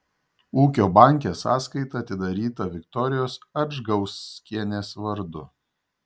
ūkio banke sąskaita atidaryta viktorijos adžgauskienės vardu